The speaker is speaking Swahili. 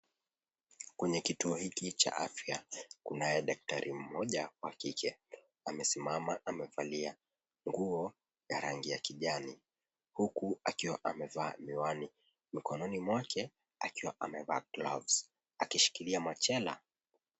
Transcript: Kwenye kituo hiki cha afya daktari, kunaye daktari mmoja wa kike. Amesimama amevalia nguo ya rangi ya kijani, huku akiwa amevaa miwani, mikononi mwake akiwa amevaa gloves akishikilia machela.